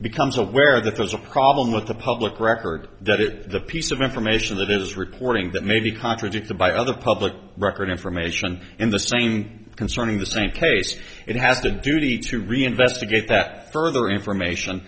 becomes aware that there's a problem with the public record that it is the piece of information that is reporting that may be contradicted by other public record information in the same concerning the same case it has the duty to reinvestigate that further information